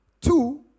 Two